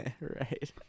Right